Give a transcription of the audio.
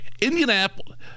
Indianapolis